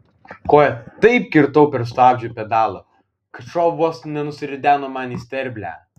koja taip kirtau per stabdžių pedalą kad šuo vos nenusirideno man į sterblę